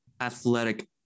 athletic